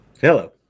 Hello